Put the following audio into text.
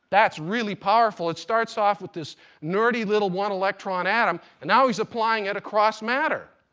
that's really powerful. it starts off with this nerdy little one electron atom, and now he's applying it across matter.